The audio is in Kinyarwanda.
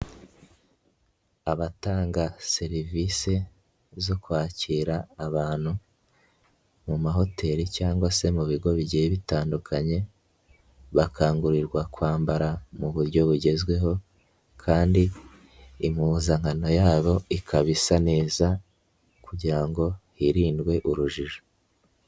Abatanga serivisi zo kwakira abantu mu mahoteli cyangwa se mu bigo bigiye bitandukanye, bakangurirwa kwambara mu buryo bugezweho, kandi impuzankano yabo ikaba isa neza kugira ngo hirindwe urujijo.